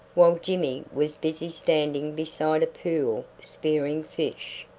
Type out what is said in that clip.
while jimmy was busy standing beside a pool spearing fish.